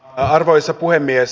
arvoisa puhemies